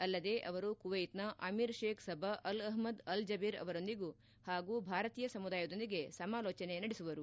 ಅಲ್ಲದೇ ಅವರು ಕುವೈತ್ನ Amir Sheikh Sabah Al Ahmad Al Jaber ಅವರೊಂದಿಗೆ ಹಾಗೂ ಭಾರತೀಯ ಸಮುದಾಯದೊಂದಿಗೆ ಸಮಾಲೋಚನೆ ನಡೆಸುವರು